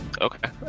Okay